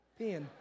peeing